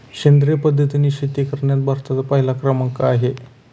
सेंद्रिय पद्धतीने शेती करण्यात भारताचा पहिला क्रमांक आहे